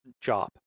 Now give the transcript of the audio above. job